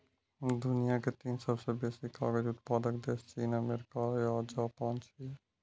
दुनिया के तीन सबसं बेसी कागज उत्पादक देश चीन, अमेरिका आ जापान छियै